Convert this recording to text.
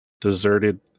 deserted